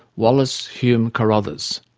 wallace hume carothers.